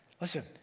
Listen